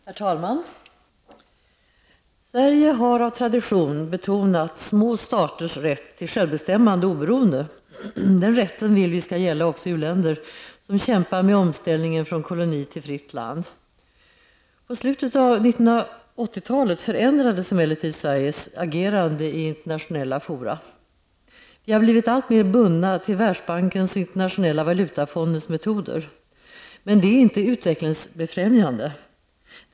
Herr talman! Sverige har av tradition betonat småstater rätt till självbestämmande och oberoende. Den rätten vill vi skall gälla också uländer, som kämpar med omställningen från koloni till fritt land. I slutet av 1980-talet förändrades emellertid Sveriges agerande i internationella fora. Vi har blivit alltmer bundna till Världsbankens och Internationella valutafondens metoder. Men de är inte utvecklingsbefrämjande.